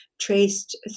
traced